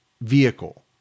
vehicle